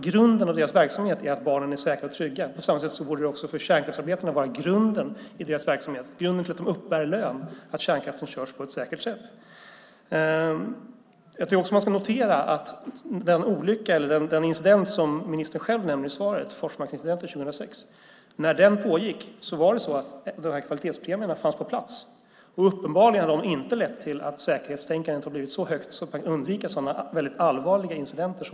Grunden i deras verksamhet är ju att barnen är säkra och trygga, och på samma sätt borde det för kärnkraftsarbetarna vara grunden i deras verksamhet - grunden till att de uppbär lön - att kärnkraften körs på ett säkert sätt. Man ska också notera att när den incident som ministern själv nämner i svaret, Forsmarksincidenten 2006, ägde rum fanns kvalitetspremierna redan på plats. Uppenbarligen har de inte lett till att säkerhetstänkandet blivit så högt att man kan undvika sådana allvarliga incidenter.